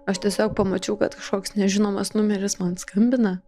aš tiesiog pamačiau kad kažkoks nežinomas numeris man skambina